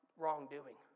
wrongdoing